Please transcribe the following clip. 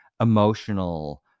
emotional